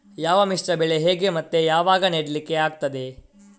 ಯಾವ ಮಿಶ್ರ ಬೆಳೆ ಹೇಗೆ ಮತ್ತೆ ಯಾವಾಗ ನೆಡ್ಲಿಕ್ಕೆ ಆಗ್ತದೆ?